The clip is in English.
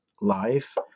life